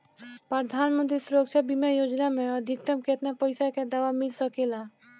प्रधानमंत्री सुरक्षा बीमा योजना मे अधिक्तम केतना पइसा के दवा मिल सके ला?